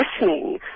listening